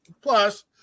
plus